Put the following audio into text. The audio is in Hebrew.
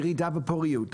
ירידה בפוריות,